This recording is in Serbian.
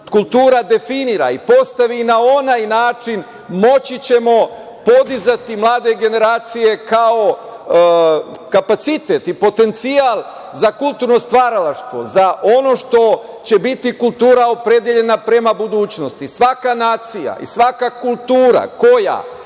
kultura definira i postavi na onaj način, moći ćemo podizati mlade generacije kao kapacitet i potencijal za kulturno stvaralaštvo, za ono što će biti kultura opredeljena prema budućnosti. Svaka nacija i svaka kultura koja